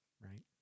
right